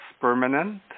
permanent